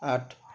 आठ